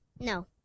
No